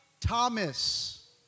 Thomas